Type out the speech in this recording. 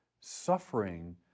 suffering